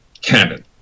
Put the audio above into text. canon